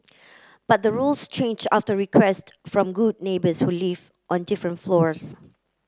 but the rules changed after request from good neighbours who lived on different floors